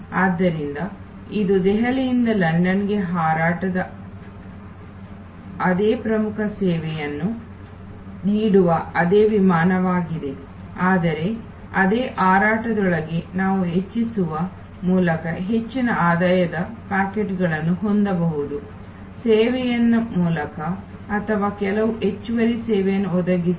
ಆದ್ದರಿಂದ ಇದು ದೆಹಲಿಯಿಂದ ಲಂಡನ್ಗೆ ಹಾರಾಟದ ಅದೇ ಪ್ರಮುಖ ಸೇವೆಯನ್ನು ನೀಡುವ ಅದೇ ವಿಮಾನವಾಗಿದೆ ಆದರೆ ಅದೇ ಹಾರಾಟದೊಳಗೆ ನಾವುಹೆಚ್ಚಿಸುವ ಮೂಲಕ ಹೆಚ್ಚಿನ ಆದಾಯದ ಪಾಕೆಟ್ಗಳನ್ನು ಹೊಂದಬಹುದು ಸೇವೆಯನ್ನುಮೂಲಕ ಅಥವಾ ಕೆಲವು ಹೆಚ್ಚುವರಿ ಸೇವೆಯನ್ನು ಒದಗಿಸುವ